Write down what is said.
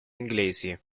inglesi